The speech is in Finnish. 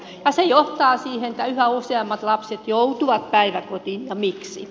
se johtaa siihen että yhä useammat lapset joutuvat päiväkotiin ja miksi